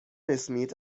اسمیت